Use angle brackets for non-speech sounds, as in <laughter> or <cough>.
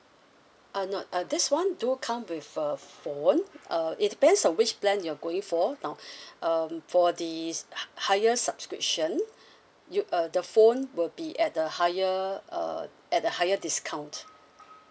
uh no uh this [one] do come with a phone uh it depends on which plan you're going for now <breath> um for the high higher subscription you uh the phone will be at the higher uh at a higher discount